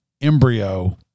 embryo